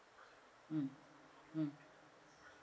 mm mm